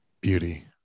beauty